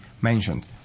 mentioned